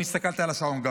אני הסתכלתי על השעון.